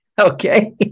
Okay